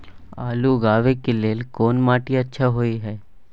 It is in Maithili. आलू उगाबै के लेल कोन माटी अच्छा होय है?